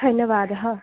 धन्यवादः